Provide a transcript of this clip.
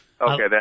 Okay